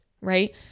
Right